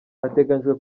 hateganyijwe